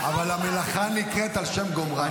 אבל המלאכה נקראת על שם גומרה.